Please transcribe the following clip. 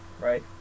right